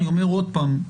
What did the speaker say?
אני אומר עוד פעם,